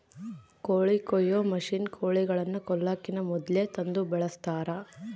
ಕೋಳಿ ಕೊಯ್ಯೊ ಮಷಿನ್ನ ಕೋಳಿಗಳನ್ನ ಕೊಲ್ಲಕಿನ ಮೊದ್ಲೇ ತಂದು ಬಳಸ್ತಾರ